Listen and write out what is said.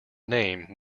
name